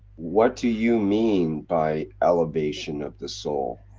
what do you mean by elevation of the soul?